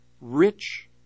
rich